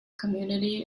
community